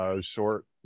short